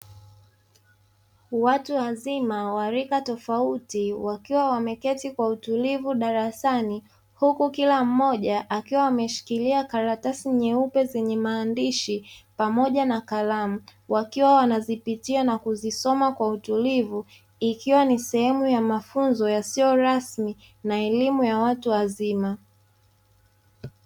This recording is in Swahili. Watu wazima wa rika tofauti wakiwa wameketi kwa utulivu darasani huku kila mmoja akiwa ameshikilia karatasi nyeupe zenye maandishi pamoja na kalamu wakiwa wanazipitia na kuzisoma kwa utulivu ikiwa ni sehemu ya mafunzo yasiyo rasmi na elimu ya watu wazima.